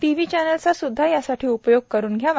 TV चॅनल्सचा सुद्धा यासाठी उपयोग करून घ्यावा